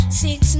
six